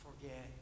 forget